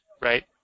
right